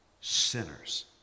sinners